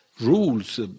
Rules